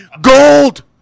gold